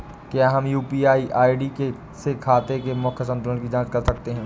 क्या हम UPI ID से खाते के मूख्य संतुलन की जाँच कर सकते हैं?